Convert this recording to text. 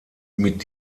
mit